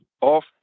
off